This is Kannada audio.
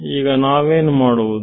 ಈಗ ನಾವೇನು ಮಾಡುವುದು